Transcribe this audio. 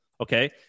Okay